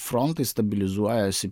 frontai stabilizuojasi